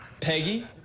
Peggy